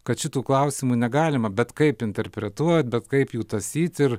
kad šitų klausimų negalima bet kaip interpretuot bet kaip jų tąsyt ir